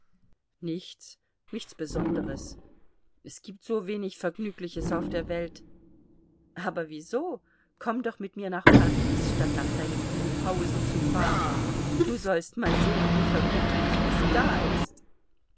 nichts nichts besonderes es gibt so wenig vergnügliches auf der welt aber wieso komm doch mit mir nach paris statt nach deinem mülhausen zu fahren du sollst mal sehen wie vergnüglich es da ist